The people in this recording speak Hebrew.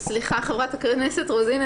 סליחה חברת הכנסת רוזין,